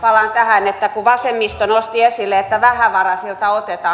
palaan tähän kun vasemmisto nosti esille että vähävaraisilta otetaan